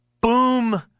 Boom